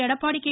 Edappadi K